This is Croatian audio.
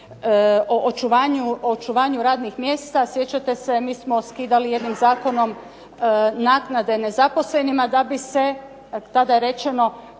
o očuvanju radnih mjesta, sjećate se mi smo skidali jednim zakonom naknade nezaposlenima da bi se tada je rečeno,